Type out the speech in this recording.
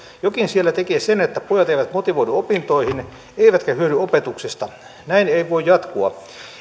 jokin siellä tekee sen että pojat eivät motivoidu opintoihin eivätkä hyödy opetuksesta näin ei voi jatkua